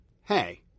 Hey